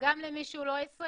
גם למי שהוא לא ישראלי,